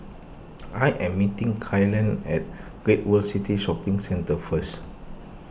I am meeting Kylan at Great World City Shopping Centre first